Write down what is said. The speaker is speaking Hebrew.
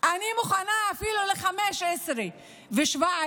אני מוכנה אפילו ל-15% ו-17%,